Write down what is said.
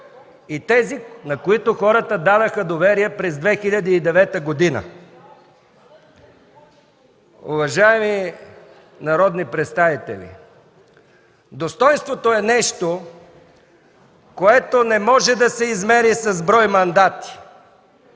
и тези, на които хората дадоха доверие през 2009 г. Уважаеми народни представители, достойнството е нещо, което не може да се измери с брой мандати.